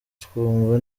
twumva